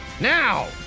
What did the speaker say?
Now